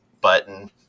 button